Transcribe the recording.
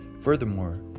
Furthermore